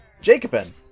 Jacobin